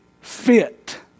fit